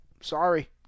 Sorry